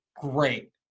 Great